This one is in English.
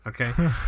okay